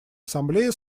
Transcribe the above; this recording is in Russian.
ассамблея